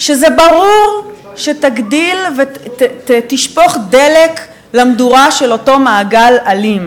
ברור שתגדיל ותשפוך דלק למדורה של אותו מעגל אלים